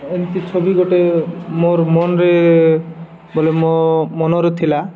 ଏମିତି ଛବି ଗୋଟେ ମୋର ମନରେ ବୋଲେ ମୋ ମନରେ ଥିଲା